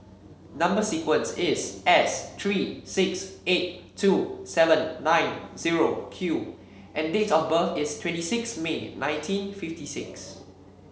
number sequence is S three six eight two seven nine zero Q and date of birth is twenty six May nineteen fifty six